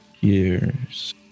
years